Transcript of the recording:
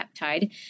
peptide